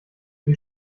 sie